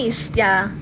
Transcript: brownies ya